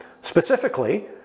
Specifically